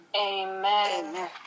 Amen